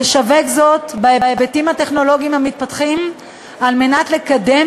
לשווק זאת בהיבטים הטכנולוגיים המתפתחים על מנת לקדם